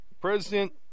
President